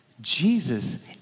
Jesus